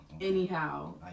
Anyhow